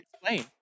explain